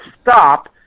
stop